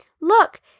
Look